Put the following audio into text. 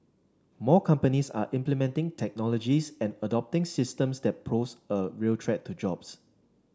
more companies are implementing technologies and adopting systems that pose a real threat to jobs